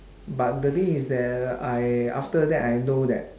but the thing is that I after that I know that